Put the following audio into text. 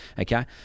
okay